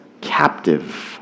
captive